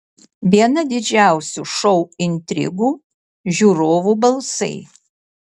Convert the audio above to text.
viena didžiausių šou intrigų žiūrovų balsai